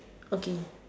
okay